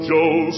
Joe